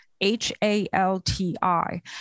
H-A-L-T-I